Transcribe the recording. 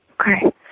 Okay